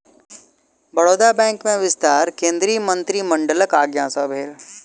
Baroda bank में विस्तार केंद्रीय मंत्रिमंडलक आज्ञा सँ भेल